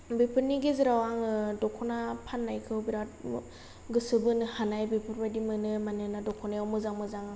बेफोरनि गेजेराव आङो द'खना फाननायखौ बिराद गोसो बोनो हानाय बेफोरबादि मोनो मानोना द'खनायाव मोजां मोजां